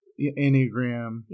Enneagram